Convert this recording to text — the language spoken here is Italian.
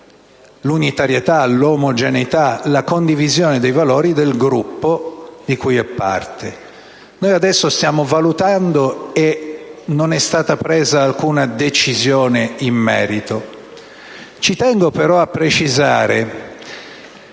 l'unitarietà, l'omogeneità, la condivisione dei valori del Gruppo di cui è parte. Noi adesso stiamo valutando e non è stata presa alcuna decisione in merito. Ci tengo però a precisare,